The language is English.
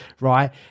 Right